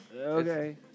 Okay